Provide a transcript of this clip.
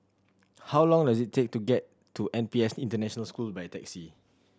how long does it take to get to N P S International School by taxi